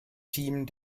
team